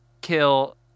kill